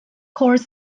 court